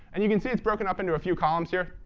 and you can see it's broken up into a few columns here.